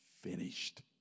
finished